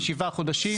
כשבעה חודשים.